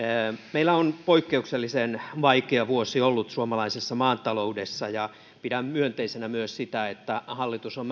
meillä on ollut poikkeuksellisen vaikea vuosi suomalaisessa maataloudessa ja pidän myönteisenä sitä että hallitus on